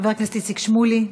חבר הכנסת איציק שמולי,